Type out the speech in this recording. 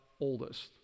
oldest